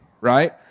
right